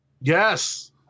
Yes